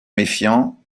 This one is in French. méfiant